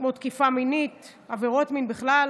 כמו תקיפה מינית, עבירות מין בכלל.